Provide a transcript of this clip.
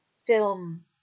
film